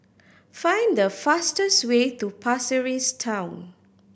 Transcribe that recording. find the fastest way to Pasir Ris Town